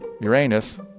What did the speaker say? uranus